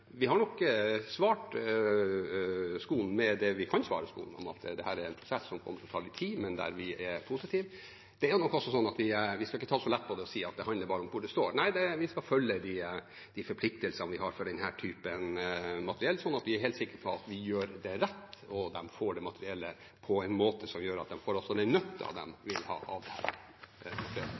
er en prosess som kommer til å ta litt tid, men der vi er positive. Det er nok også sånn at vi ikke skal ta så lett på det og si at det handler bare om hvor det står. Nei, vi skal følge de forpliktelsene vi har for denne typen materiell, sånn at vi er helt sikre på at vi gjør det rett, og at de får det materiellet på en måte som gjør at de får den nytten de vil ha av det.